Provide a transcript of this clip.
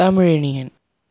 Tamil Iniyan